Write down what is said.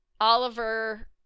Oliver